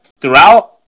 throughout